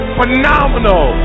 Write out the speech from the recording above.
phenomenal